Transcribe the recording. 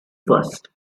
first